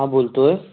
हां बोलतो आहे